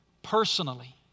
Personally